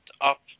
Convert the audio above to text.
up